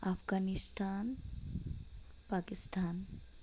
Afghanistan Pakistan